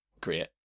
great